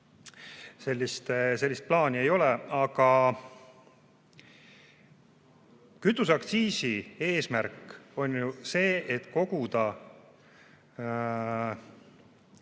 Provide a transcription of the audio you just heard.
Sellist plaani ei ole. Aga kütuseaktsiisi eesmärk on ju koguda